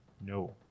No